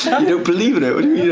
um don't believe in it? what